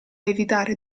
evitare